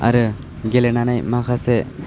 आरो गेलेनानै माखासे